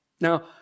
now